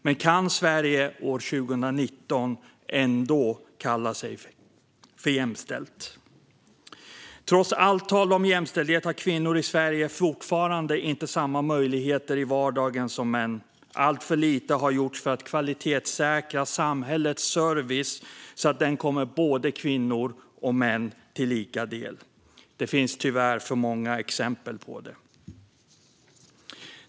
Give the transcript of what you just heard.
Men kan Sverige år 2019 kalla sig jämställt? Trots allt tal om jämställdhet har kvinnor i Sverige fortfarande inte samma möjligheter som män i vardagen. Alltför lite har gjorts för att kvalitetssäkra samhällets service så att den kommer kvinnor och män till lika del. Det finns tyvärr för många exempel på det.